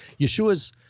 Yeshua's